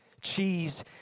cheese